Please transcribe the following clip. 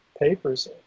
papers